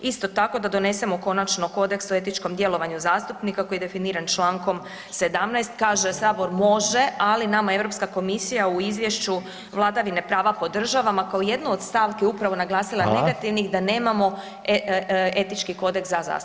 Isto tako da donesemo konačno kodeks o etičkom djelovanju zastupnika koji je definiran Člankom 17. kaže, sabor može ali nama je Europska komisija u izvješću vladavine prava podržava, a kao jednu od stavke upravo naglasila [[Upadica: Hvala.]] negativnih da nemamo etički kodeks za zastupnike.